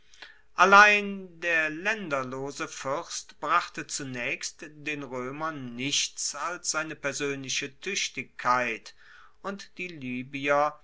allein der laenderlose fuerst brachte zunaechst den roemern nichts als seine persoenliche tuechtigkeit und die libyer